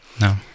No